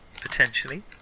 potentially